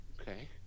Okay